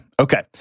Okay